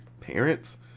parents